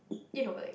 you know like